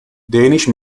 danish